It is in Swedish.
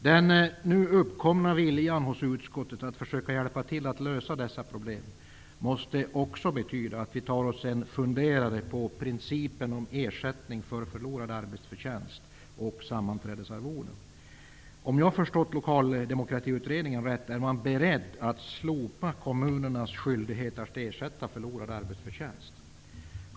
Den nu uppkomna viljan hos utskottet att försöka hjälpa till med att lösa dessa problem måste också betyda att vi tar oss en funderare på principen om ersättning för förlorad arbetsförtjänst och om sammanträdesarvoden. Om jag förstått Lokaldemokratiutredningen rätt är man beredd att slopa kommunernas skyldighet att ge ersättning för förlorad arbetsförtjänst.